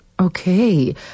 Okay